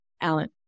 Alan